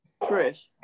Trish